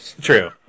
True